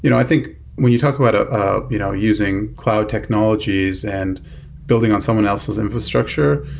you know i think when you talk about ah you know using cloud technologies and building on someone else's infrastructure,